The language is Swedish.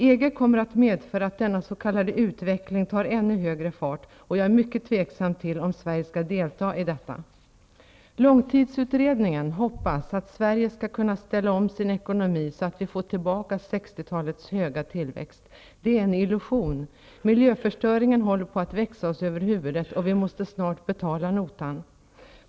EG kommer att medföra att denna s.k. utveckling tar ännu högre fart, och jag är mycket tveksam till om Sverige skall delta i detta. Långtidsutredningen hoppas att Sverige skall kunna ställa om sin ekonomi så att vi får tillbaka 60 talets höga tillväxt. Det är en illusion. Miljöförstöringen håller på att växa oss över huvudet, och vi måste snart betala notan.